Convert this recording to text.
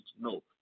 No